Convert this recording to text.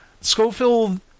Schofield